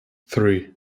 three